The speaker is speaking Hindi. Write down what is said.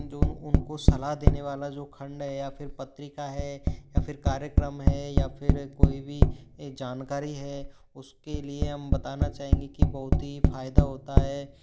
जो उनको सलाह देने वाला जो खंड है या फिर पत्रिका है या फिर कार्यक्रम है या फिर कोई भी जानकारी है उसके लिए हम बताना चाहेंगे कि बहुत ही फायदा होता है